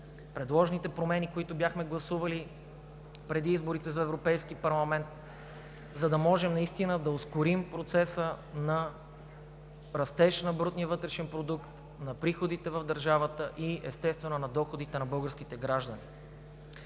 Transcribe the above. предложените промени, които бяхме гласували преди изборите за Европейски парламент, за да можем наистина да ускорим процеса на растеж на брутния вътрешен продукт, на приходите в държавата, и естествено, на доходите на българските граждани.